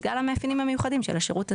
בגלל המאפיינים המיוחדים של השירות הזה.